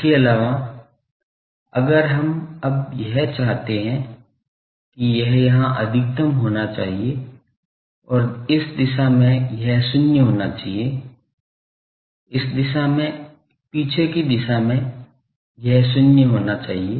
इसके अलावा अगर हम अब यह चाहते हैं कि यह यहाँ अधिकतम होना चाहिए और इस दिशा में यह शून्य होना चाहिए इस दिशा में पीछे की दिशा में यह शून्य होना चाहिए